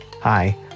Hi